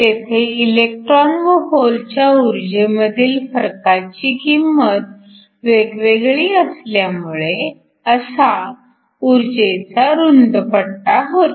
तेथे इलेक्ट्रॉन व होलच्या ऊर्जेमधील फरकाची किंमत वेगवेगळी असल्यामुळे असा ऊर्जेचा रुंद पट्टा होता